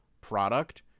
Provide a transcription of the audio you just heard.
product